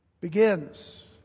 begins